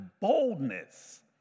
boldness